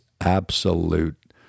absolute